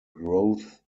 growth